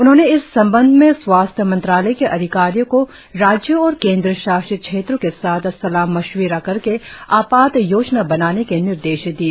उन्होंने इस संबंध में स्वास्थ्य मंत्रालय के अधिकारियों को राज़यों और केंद्र शासित क्षेत्रों के साथ सलाह मशविरा करके आपात योजना बनाने के निर्देश दिए